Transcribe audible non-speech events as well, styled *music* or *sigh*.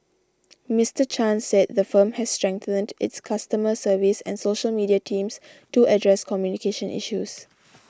*noise* Mister Chan said the firm has strengthened its customer service and social media teams to address communication issues *noise*